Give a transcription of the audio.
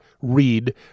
read